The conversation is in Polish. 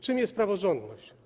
Czym jest praworządność?